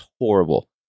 horrible